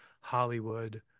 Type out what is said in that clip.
Hollywood